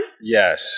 Yes